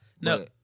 No